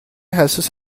حساس